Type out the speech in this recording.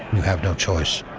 you have no choice?